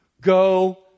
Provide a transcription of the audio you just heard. Go